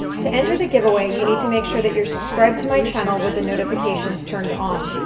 to enter the giveaway, you need to make sure that your subscribed to my channel with the notifications turned on.